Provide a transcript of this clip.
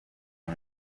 aho